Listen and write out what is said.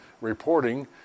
reporting